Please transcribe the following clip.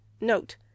Note